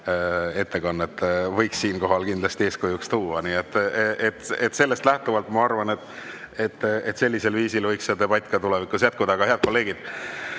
ettekande võiks siinkohal kindlasti eeskujuks tuua. Sellest lähtuvalt ma arvan, et sellisel viisil võiks see debatt ka tulevikus jätkuda. Head kolleegid!